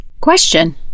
Question